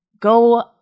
go